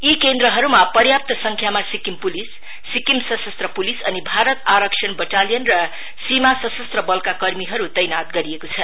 यी केन्द्रहरुमा पर्याप्त संख्यमा सिक्किम पुलिस सिक्किम सशस्त्र पुलिस अनि भारत आरक्षण वटालियन र सीमा सशस्त्र वलका पुलिस कर्मीहरु तैनात गरिएको छ